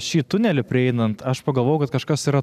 šį tunelį prieinant aš pagalvojau kad kažkas yra